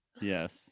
Yes